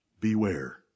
beware